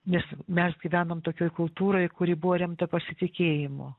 nes mes gyvenom tokioj kultūroj kuri buvo remta pasitikėjimu